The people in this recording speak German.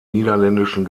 niederländischen